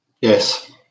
Yes